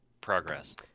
progress